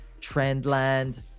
Trendland